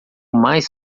mais